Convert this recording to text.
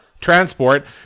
transport